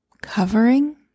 covering